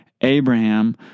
Abraham